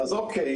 קודם כל,